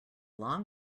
long